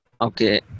Okay